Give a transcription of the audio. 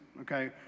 okay